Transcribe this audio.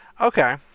Okay